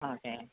okay